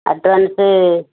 advance